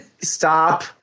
Stop